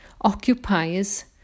occupies